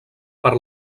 per